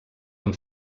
amb